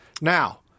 Now